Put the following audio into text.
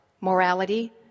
morality